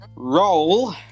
Roll